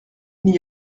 n’y